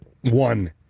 one